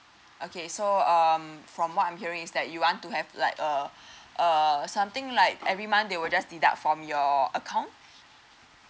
okay so um from what I'm hearing is that you want to have like uh uh something like every month they will just deduct from your account